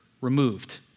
removed